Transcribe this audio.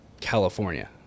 California